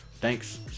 Thanks